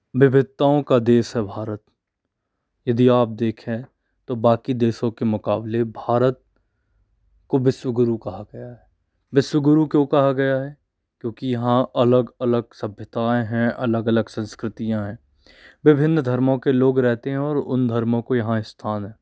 विविधताओँ का देश है भारत यदि आप देखें तो बाक़ी देशों के मुक़ाबले भारत को विश्व गुरु कहा गया है विश्व गुरु क्यों कहा गया है क्योंकि यहाँ अलग अलग सभ्यताएँ है अलग अलग संस्कृतियाँ हैं विभिन्न धर्मों के लोग रहते हैं और उन धर्मों का यहाँ स्थान है